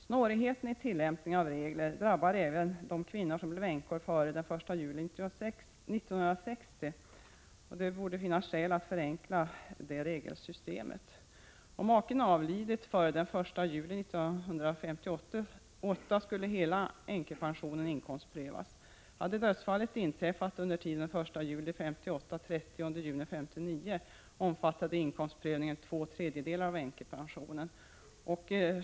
Snårigheten i tillämpningen av reglerna drabbar även de kvinnor som blev änkor före den 1 juli 1960, och det borde finnas skäl att förenkla detta regelsystem. Om maken avlidit före den 1 juli 1958, skulle hela änkepensionen inkomstprövas. Hade dödsfallet inträffat under tiden den 1 juli 1958-den 30 juni 1959, skulle inkomstprövningen omfatta två tredjedelar av änkepensionen.